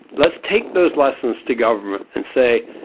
let's take those lessons to government and say,